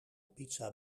pizza